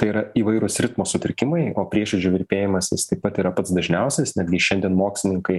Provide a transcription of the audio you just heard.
tai yra įvairūs ritmo sutrikimai o prieširdžių virpėjimas jis taip pat yra pats dažniausias netgi šiandien mokslininkai